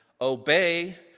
obey